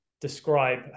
describe